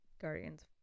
Guardians